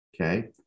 Okay